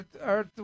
Earth